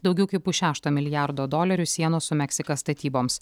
daugiau kaip pusšešto milijardo dolerių sienos su meksika statyboms